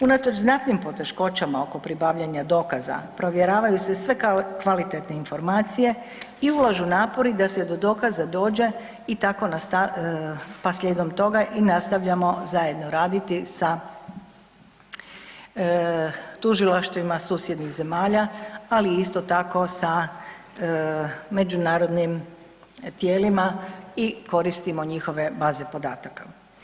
Unatoč znatnim poteškoćama oko pribavljanja dokaza, provjeravaju se sve kvalitetna informacije i ulažu napori da se do dokaza dođe pa slijedom toga i nastavljamo zajedno raditi sa tužilaštvima susjednih zemalja ali isto tako sa međunarodnim tijelima i koristimo njihove baze podataka.